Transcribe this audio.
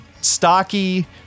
stocky